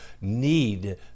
need